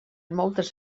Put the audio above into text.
moltes